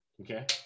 Okay